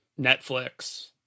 Netflix